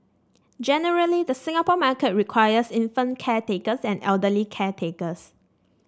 generally the Singapore market requires infant caretakers and elderly caretakers